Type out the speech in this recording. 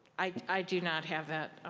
i do not have that.